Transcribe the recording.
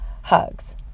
hugs